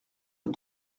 aux